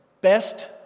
best